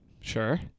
Sure